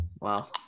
Wow